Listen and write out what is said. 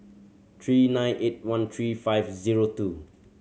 three nine eight one three five zero two